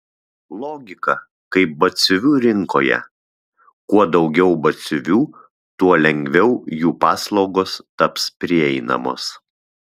logika kaip batsiuvių rinkoje kuo daugiau batsiuvių tuo lengviau jų paslaugos taps prieinamos